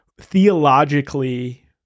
theologically